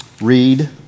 read